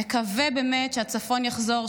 נקווה באמת שהצפון יחזור,